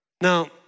Now